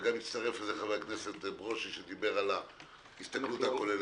וגם הצטרף לזה חבר הכנסת ברושי שדיבר על ההסתכלות הכוללת.